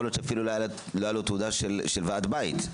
להיות שאפילו לא הייתה לו תעודה של ועד הבית,